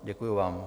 Děkuju vám.